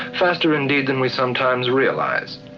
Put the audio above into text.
faster indeed than we sometimes realize.